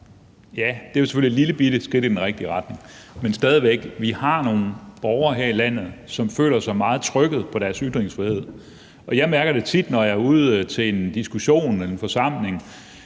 ja, det er selvfølgelig et lillebitte skridt i den rigtige retning, men stadig væk har vi nogle borgere her i landet, som føler sig meget trykket i forhold til deres ytringsfrihed. Jeg mærker det tit, når jeg er ude til en diskussion, en forsamling,